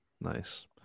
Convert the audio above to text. Nice